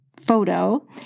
photo